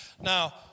Now